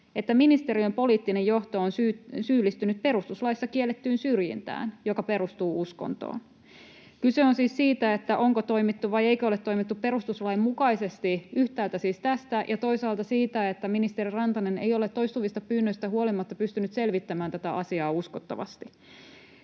ministeriön poliittinen johto on syyllistynyt perustuslaissa kiellettyyn syrjintään, joka perustuu uskontoon. Kyse on siis siitä, onko toimittu vai eikö ole toimittu perustuslain mukaisesti. Yhtäältä siis tästä ja toisaalta siitä, että ministeri Rantanen ei ole toistuvista pyynnöistä huolimatta pystynyt selvittämään tätä asiaa uskottavasti.